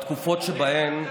בתקופות שבהן,